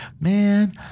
Man